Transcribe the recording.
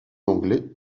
anglais